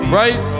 right